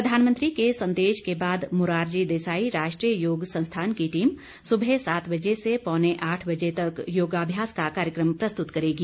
प्रधानमंत्री के संदेश के बाद मोरारजी देसाई राष्ट्रीय योग संस्थान की टीम सुबह सात बजे से पौने आठ बजे तक योगाभ्यास का कार्यक्रम प्रस्तुत करेगी